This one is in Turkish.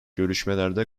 görüşmelerde